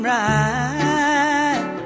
right